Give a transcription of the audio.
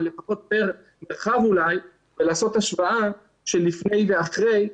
אבל לפחות פר מרחב אולי ולעשות השוואה של לפני ואחרי,